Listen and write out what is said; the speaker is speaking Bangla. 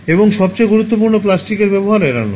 এবং সবচেয়ে গুরুত্বপূর্ণ প্লাস্টিকের ব্যবহার এড়ানো